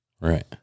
Right